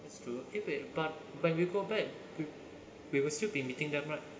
it's true if it but when we go back we will still be meeting them right